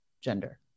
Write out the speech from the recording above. gender